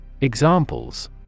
Examples